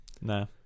No